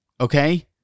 Okay